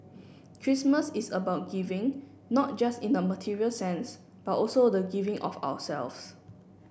Christmas is about giving not just in a material sense but also the giving of ourselves